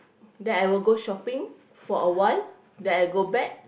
then I will go shopping for awhile then I'll go back